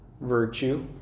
virtue